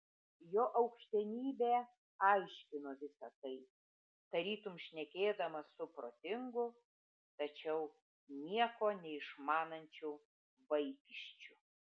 jo aukštenybė aiškino visa tai tarytum šnekėdamas su protingu tačiau nieko neišmanančiu vaikiščiu